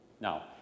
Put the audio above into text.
Now